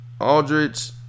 Aldrich